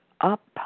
up